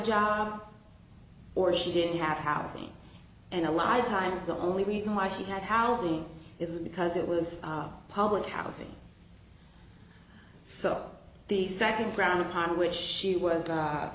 job or she didn't have housing and a lot of times the only reason why she had housing is because it was public housing so the second ground upon which she was